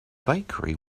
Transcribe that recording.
bakery